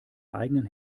eigenen